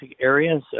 areas